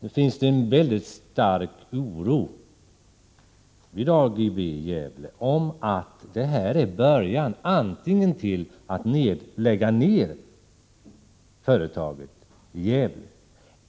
Nu finns det en mycket stark oro vid AGEVE i Gävle för att detta är början antingen till att lägga ned företaget i Gävle